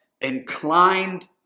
inclined